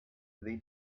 they